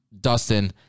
Dustin